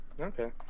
Okay